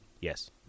Yes